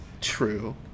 true